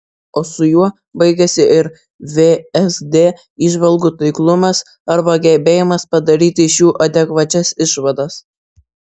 o su juo baigiasi ir vsd įžvalgų taiklumas arba gebėjimas padaryti iš jų adekvačias išvadas